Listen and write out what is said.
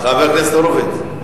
סליחה, חבר הכנסת הורוביץ.